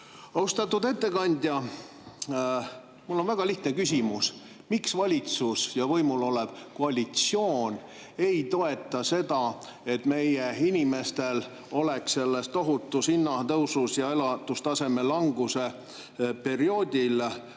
Austatud ettekandja! Mul on väga lihtne küsimus: miks valitsus ja võimul olev koalitsioon ei toeta seda, et meie inimestel oleks tohutu hinnatõusu ja elatustaseme languse perioodil, kuhu